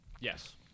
Yes